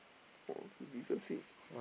!woah! he deserves it